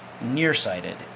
nearsighted